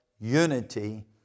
Unity